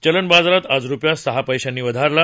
चलन बाजारात आज रुपया सहा पैशांनी घसरला